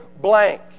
blank